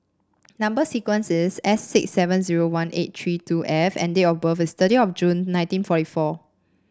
number sequence is S six seven zero one eight three two F and date of birth is thirty of June nineteen forty four